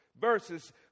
verses